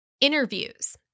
interviews